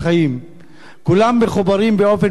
כולם מחוברים באופן פיראטי לחשמל,